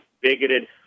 bigoted